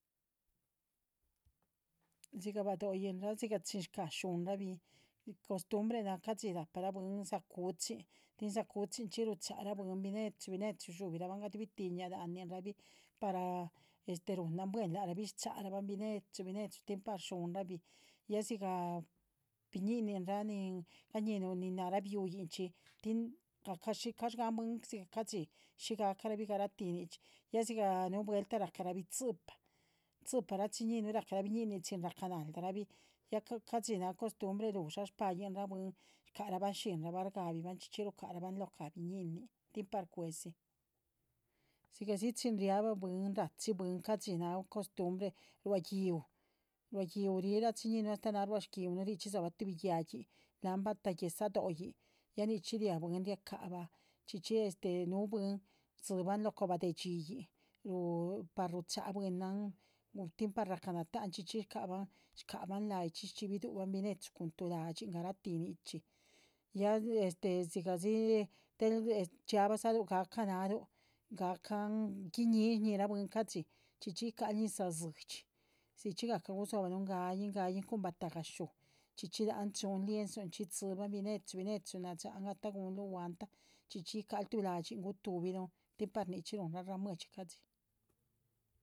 Siga bado´hinra chin cah shunrabí, costumbre nah ca´dxi napara buiin dzáah cu´chi tin dzáah cu´chinchi ruchara buiinn- binechu binechu shuni´raban datubiti ñalaninrabípar para runan buen larabi r´charaban tin par shunrabi, ya siga biñininrá nin gañinu nahra biuhíncxhí ca´gan buiinn- shi gacarabí ca´dxi, ya siga nuvuelta racarabi tzi´pa, tzi´pa rachiñinu racará biñinin chin racanaldarabí ya ca´dxi nah costumbre lu´sha baihra buiinn- scaraba xihinraba s´dabiraban chxíchi rucaraban lo´ca biñinintin par cue´san. sigasi chin riaba buiinn- raxhiba ca´dxi nah costumbre rua´guiw, ruá guíw rachiñinu hasta nah ruas guiwnu, soba tubi yáhin lán batagueza doíin ya nixhí ria buiinn- riacaba, chxíchi un buiinn- rsibann- loh cobade xhiin par rucha buiinnan tin par raca naltán, chxíchi scaban laischí, chxíchi ruchíbiduban cun tu lashin, ya sigasi del chiabalú gacá náahlu gíinin ñira buiin ca´dxi chxíchi guicarú ñisa dzidxi sixhicaca gusohbarún gaíin gaíin cun bataga yáhxu chxíchi lanh shu liensonchí chíban binechu binechu nashan hasta chisi gunlú guanta, chxíchi guicaru tu la´dxin guhtubirún nichi runra ramuexhi ca´dxi.